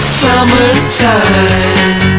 summertime